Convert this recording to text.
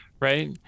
right